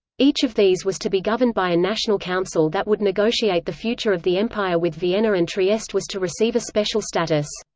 each of these was to be governed by a national council that would negotiate the future of the empire with vienna and trieste was to receive a special status.